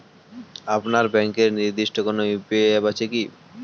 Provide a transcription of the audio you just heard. আপনার ব্যাংকের নির্দিষ্ট কোনো ইউ.পি.আই অ্যাপ আছে আছে কি?